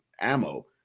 ammo